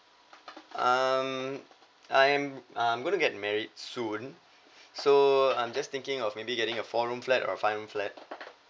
um I'm I'm going to get married soon so I'm just thinking of maybe getting a four room flat or five room flat